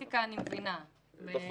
פוליטיקה אני מבינה, ברח"ל הוא מבין.